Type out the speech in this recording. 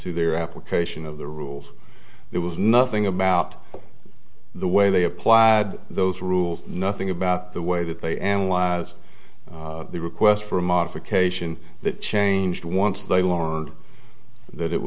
to their application of the rules there was nothing about the way they applied those rules nothing about the way that they and was the request for a modification that changed once they lowered that it